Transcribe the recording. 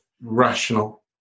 rational